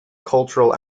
cultural